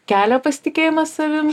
kelia pasitikėjimą savim